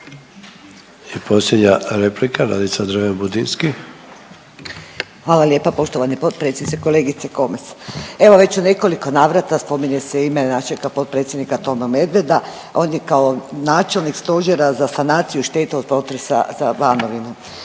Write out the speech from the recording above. **Dreven Budinski, Nadica (HDZ)** Hvala lijepa poštovani potpredsjedniče. Kolegice Komes, evo već u nekoliko navrata spominje se ime našega potpredsjednika Toma Medveda, on je kao načelnik Stožera za sanaciju šteta od potresa za Banovinu.